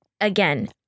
again